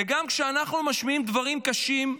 וגם כשאנחנו משמיעים דברים קשים,